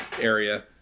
area